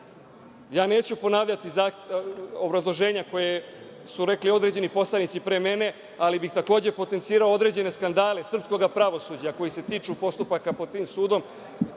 Neću ponavljati obrazloženja koja su rekli određeni poslanici pre mene, ali bih takođe potencirao određene skandale srpskog pravosuđa koji se tiču postupaka pod tim sudom